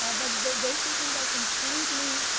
ah but those two things are completely,